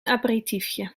aperitiefje